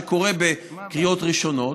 שקורה בקריאות ראשונות.